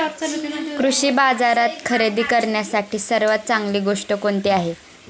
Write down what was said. कृषी बाजारात खरेदी करण्यासाठी सर्वात चांगली गोष्ट कोणती आहे?